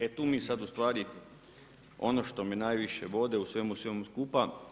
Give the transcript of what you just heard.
E tu mi sada ustvari ono što me najviše bode u svemu skupa.